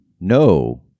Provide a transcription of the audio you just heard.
no